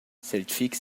certifique